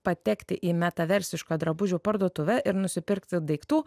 patekti į metaversišką drabužių parduotuvę ir nusipirkti daiktų